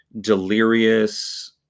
delirious